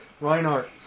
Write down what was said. Reinhardt